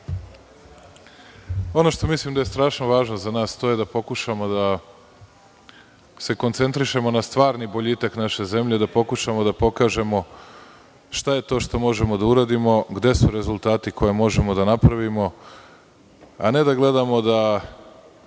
što mislim da je strašno važno za nas, to je da pokušamo da se koncentrišemo na stvarni boljitak naše zemlje, da pokušamo da pokažemo šta je to što možemo da uradimo, gde su rezultati koje možemo da napravimo, a ne da gledamo da